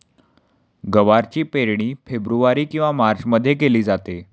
गवारची पेरणी फेब्रुवारी किंवा मार्चमध्ये केली जाते